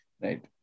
Right